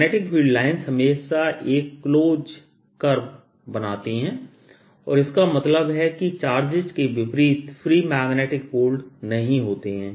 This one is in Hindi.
मैग्नेटिक फील्ड लाइंस हमेशा एक क्लोज कर्वबनाती हैं और इसका मतलब है कि चार्जज के विपरीत फ्री मैग्नेटिक पोल नहीं होते है